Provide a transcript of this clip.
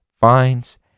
finds